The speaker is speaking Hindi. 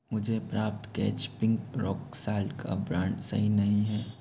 मुझे प्राप्त कैच पिंक रॉक साल्ट का ब्रांड सही नहीं है